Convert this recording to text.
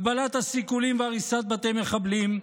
הגבלת הסיכולים והריסת בתי מחבלים,